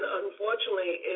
unfortunately